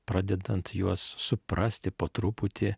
pradedant juos suprasti po truputį